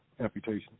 amputation